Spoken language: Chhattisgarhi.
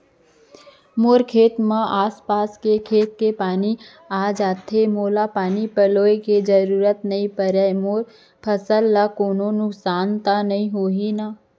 मोर खेत म आसपास के खेत के पानी आप जाथे, मोला पानी पलोय के जरूरत नई परे, मोर फसल ल कोनो नुकसान त नई होही न?